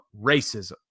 racism